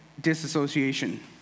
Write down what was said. disassociation